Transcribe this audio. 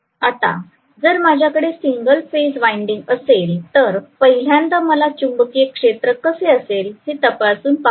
आता जर माझ्याकडे सिंगल फेज वाइंडिंग असेल तर पहिल्यांदा मला चुंबकीय क्षेत्र कसे असेल हे तपासून पाहू द्या